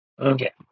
Okay